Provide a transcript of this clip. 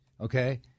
okay